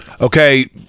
Okay